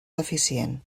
deficient